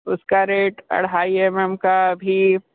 उसका रेट ढ़ाई M M का अभी